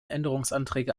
änderungsanträge